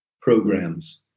programs